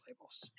labels